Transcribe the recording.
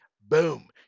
boom